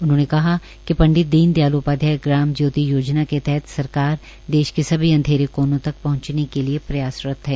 उन्होंने कहा कि पंडित दीन दयाल उपाध्याय ग्राम ज्योति योजना के तहत सरकार देश के सभी अंधेरे कोनों तक पहंचने के लिए प्रयासरत है